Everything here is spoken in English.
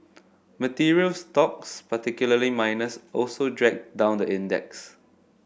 materials stocks particularly miners also dragged down the index